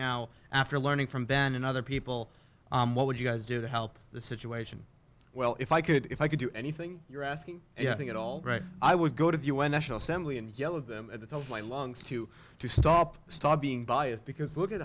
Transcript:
now after learning from ben and other people what would you guys do to help the situation well if i could if i could do anything you're asking you know i think it all right i would go to the u n national simply and yelling at the top of my lungs to stop stop being biased because look at